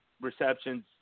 receptions